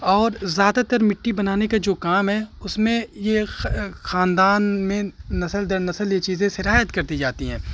اور زیادہ تر مٹی بنانے کا جو کام ہے اس میں یہ خاندان میں نسل در نسل یہ چیزیں سرایت کرتی جاتی ہیں